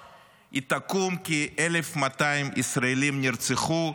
היא תקום כי 1,200 ישראלים נרצחו,